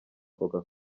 coca